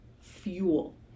fuel